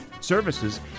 services